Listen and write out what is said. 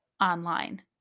online